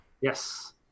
Yes